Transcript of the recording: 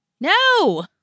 No